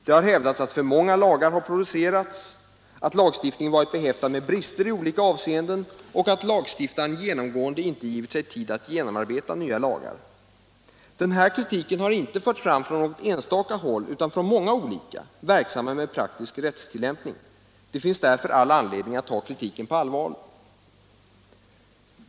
Det har hävdats att för många lagar har producerats, att lagstiftningen varit behäftad med brister i olika avseenden och att lagstiftaren genomgående inte har givit sig tid att genomarbeta nya lagar. Den här kritiken har inte förts fram från något enstaka håll utan från många som är verksamma med praktisk rättstillämpning. Det finns därför all anledning att ta kritiken på allvar.